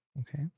Okay